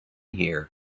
here